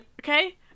Okay